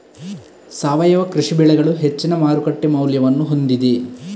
ಸಾವಯವ ಕೃಷಿ ಬೆಳೆಗಳು ಹೆಚ್ಚಿನ ಮಾರುಕಟ್ಟೆ ಮೌಲ್ಯವನ್ನು ಹೊಂದಿದೆ